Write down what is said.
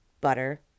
butter